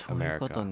America